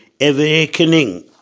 awakening